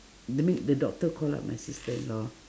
that mean the doctor call-up my sister-in-law